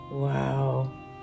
Wow